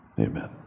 Amen